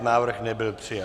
Návrh nebyl přijat.